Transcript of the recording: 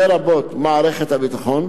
לרבות מערכת הביטחון,